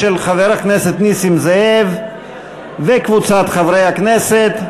של חבר הכנסת נסים זאב וקבוצת חברי הכנסת,